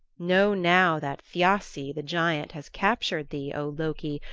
know now that thiassi the giant has captured thee, o loki,